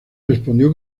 respondió